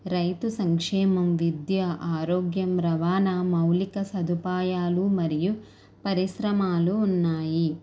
రైతు సంక్షేమం విద్య ఆరోగ్యం రవాణా మౌలిక సదుపాయాలు మరియు పరిశ్రమలు ఉన్నాయి